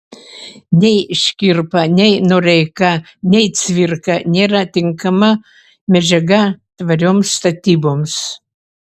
nei škirpa nei noreika nei cvirka nėra tinkama medžiaga tvarioms statyboms